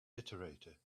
iterator